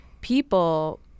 people